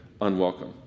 unwelcome